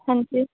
ਹਾਂਜੀ